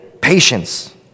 patience